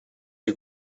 you